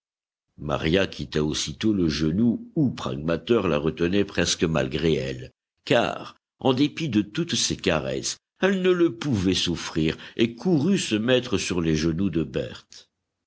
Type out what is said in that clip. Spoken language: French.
maria quitta aussitôt le genou où pragmater la retenait presque malgré elle car en dépit de toutes ses caresses elle ne le pouvait souffrir et courut se mettre sur les genoux de berthe